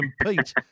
compete